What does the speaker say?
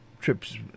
trips